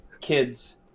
kids